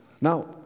Now